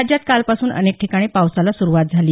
राज्यात कालपासून अनेक ठिकाणी पावसाला सुरुवात झाली